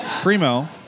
Primo